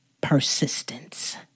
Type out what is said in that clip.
Persistence